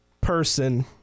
person